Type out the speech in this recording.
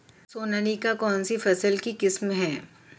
सोनालिका कौनसी फसल की किस्म है?